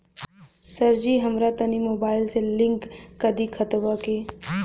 सरजी हमरा तनी मोबाइल से लिंक कदी खतबा के